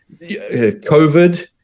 COVID